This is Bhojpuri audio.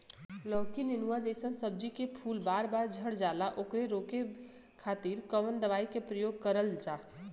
लौकी नेनुआ जैसे सब्जी के फूल बार बार झड़जाला ओकरा रोके खातीर कवन दवाई के प्रयोग करल जा?